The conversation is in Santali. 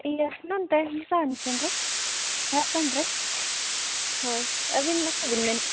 ᱤᱭᱟ ᱞᱚᱪᱷᱢᱚᱱ ᱛᱮ ᱡᱷᱟᱲᱠᱷᱚᱸᱰ ᱨᱮ ᱦᱚᱭ ᱟᱹᱵᱤᱱ ᱫᱚ ᱚᱠᱚᱭ ᱵᱤᱱ ᱢᱮᱱᱮᱫᱼᱟ